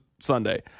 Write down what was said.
Sunday